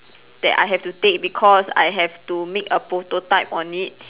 that I have to take because I have to make a prototype on it